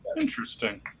Interesting